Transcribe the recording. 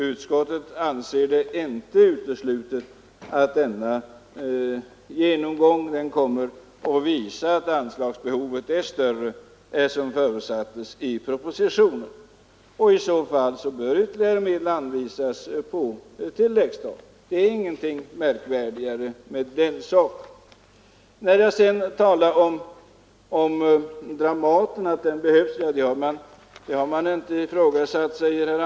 Utskottet anser det inte uteslutet att denna genomgång kommer att visa att anslagsbehovet är större än som förutsatts i propositionen, och i så fall bör ytterligare medel anvisas på tilläggsstat. Det är inget märkvärdigare med den saken. När jag sedan talade om att Dramaten behövs, sade herr Andersson i Lycksele att det har man inte ifrågasatt.